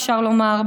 אפשר לומר,